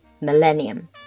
millennium